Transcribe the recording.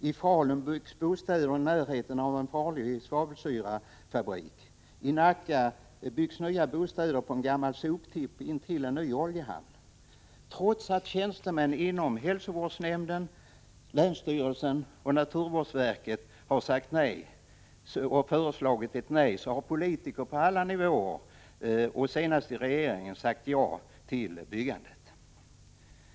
I Falun byggs bostäder i närheten av en farlig svavelsyrafabrik. I Nacka byggs nya bostäder på en gammal soptipp intill en ny oljehamn. Trots att tjänstemän i hälsovårdsnämnden, länsstyrelsen och naturvårdsverket föreslagit ett nej har politiker på alla nivåer, senast i regeringen, sagt ja till byggandet.